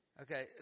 okay